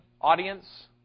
audience